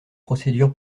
procédure